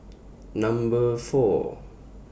Number four